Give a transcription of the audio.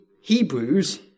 Hebrews